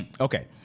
Okay